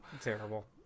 Terrible